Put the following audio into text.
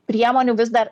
priemonių vis dar